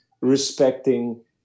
respecting